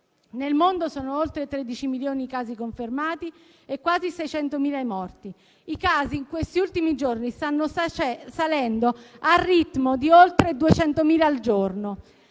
Nel mondo sono oltre 13 milioni i casi confermati e quasi 600.000 i morti. I casi, in questi ultimi giorni, stanno salendo al ritmo di oltre 200.000 al giorno.